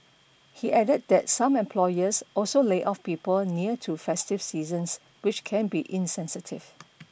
he added that some employers also lay off people near to festive seasons which can be insensitive